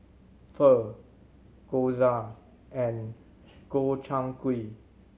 Pho Gyoza and Gobchang Gui